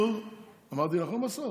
אמרתי נכון בסוף?